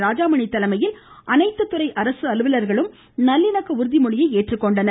ராஜாமணி தலைமையில் அனைத்துத்துறை அரசு அலுவலர்களும் நல்லிணக்க உறுதிமொழியை ஏற்றுக் கொண்டனர்